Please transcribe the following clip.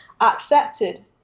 accepted